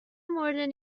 مورد